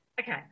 Okay